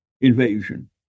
invasion